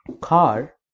car